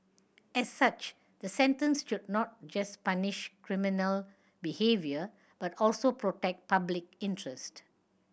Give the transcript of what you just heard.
as such the sentence should not just punish criminal behaviour but also protect public interest